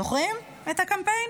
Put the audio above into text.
זוכרים את הקמפיין?